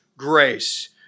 grace